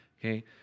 okay